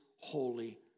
holy